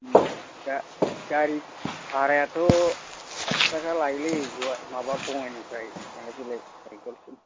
दा गारि भारायाथ' आसि थाखा लायोलै माबा बङाइनिफ्राय थांलाय फैलाय बेंथलसिम